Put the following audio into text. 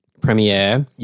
premiere